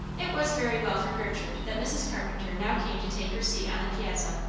it was very well for gertrude that mrs. carpenter now came to take her seat on the piazza,